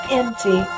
empty